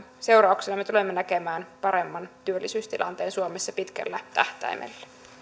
seurauksena me tulemme näkemään paremman työllisyystilanteen suomessa pitkällä tähtäimellä